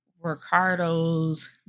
ricardo's